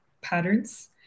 patterns